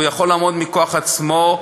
הוא יכול לעמוד מכוח עצמו,